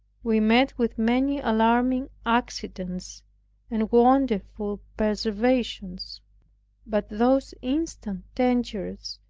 we met with many alarming accidents and wonderful preservations but those instant dangers,